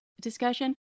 discussion